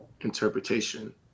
interpretation